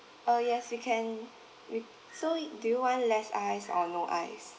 uh yes we can we so do you want less ice or no ice